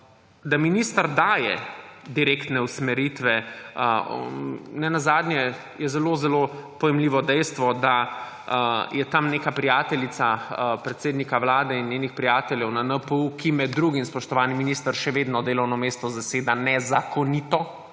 da minister daje direktne usmeritve. Nenazadnje je zelo zelo pojmljivo dejstvo, da je tam neka prijateljica predsednika Vlade in njenih prijateljev na NPU, ki med drugim, spoštovani minister, še vedno delovno mesto zaseda nezakonito,